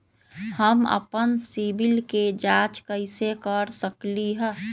हम अपन सिबिल के जाँच कइसे कर सकली ह?